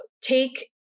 take